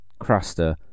Craster